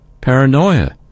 paranoia